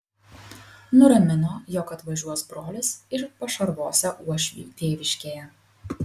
nuramino jog atvažiuos brolis ir pašarvosią uošvį tėviškėje